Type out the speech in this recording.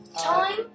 Time